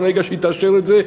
ברגע שהיא תאשר את זה,